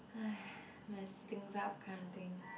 mess things up can't think